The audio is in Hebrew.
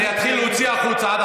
אני אתחיל להוציא החוצה.